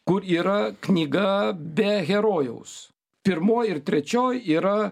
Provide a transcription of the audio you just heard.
kur yra knyga be herojaus pirmoj ir trečioj yra